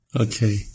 Okay